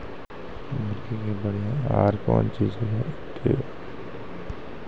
मुर्गी के बढ़िया आहार कौन चीज छै के?